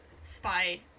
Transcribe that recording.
spy